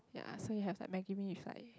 ya so you have like Maggi Mee with like